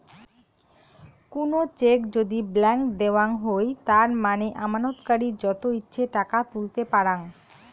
কুনো চেক যদি ব্ল্যান্ক দেওয়াঙ হই তার মানে আমানতকারী যত ইচ্ছে টাকা তুলতে পারাং